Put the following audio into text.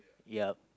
ya